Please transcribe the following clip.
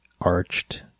arched